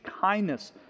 kindness